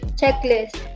checklist